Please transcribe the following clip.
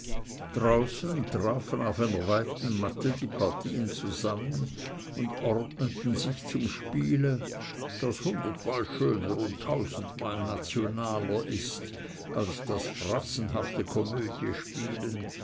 draußen trafen auf einer weiten matte die partien zusammen und ordneten sich zum spiele das hundertmal schöner und tausendmal nationaler ist als das fratzenhafte komödiespielen